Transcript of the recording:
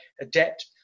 adapt